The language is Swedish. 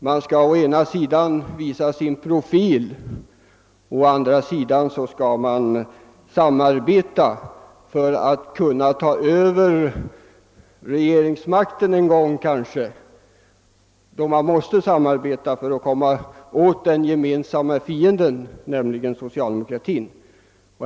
Man skall å ena sidan visa sin profil, å andra sidan skall man samarbeta för att kanske en gång kunna överta regeringsmakten. Man måste samarbeta för att kunna komma åt den gemensamma fienden, nämligen socialdemokratin.